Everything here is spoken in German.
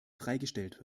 freigestellt